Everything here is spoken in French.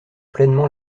pleinement